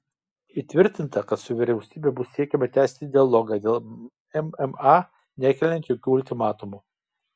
įtvirtinta kad su vyriausybe bus siekiama tęsti dialogą dėl mma nekeliant jokių ultimatumų